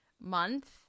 month